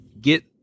get